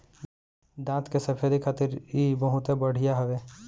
दांत के सफेदी खातिर इ बहुते बढ़िया हवे